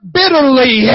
bitterly